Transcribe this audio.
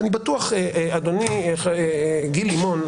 ואני בטוח גיל לימון,